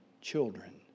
children